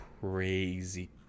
crazy